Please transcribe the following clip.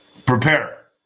Prepare